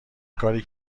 کاری